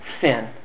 sin